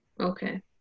Okay